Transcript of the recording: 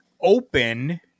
open